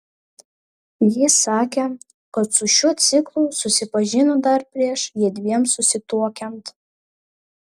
jis sakė kad su šiuo ciklu susipažino dar prieš jiedviem susituokiant